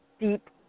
deep